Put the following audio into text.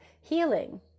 healing